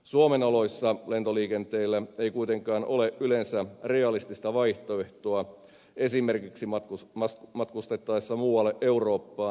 suomen oloissa lentoliikenteellä ei kuitenkaan ole yleensä realistista vaihtoehtoa esimerkiksi matkustettaessa muualle eurooppaan